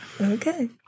Okay